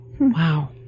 Wow